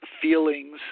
feelings